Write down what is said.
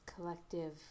collective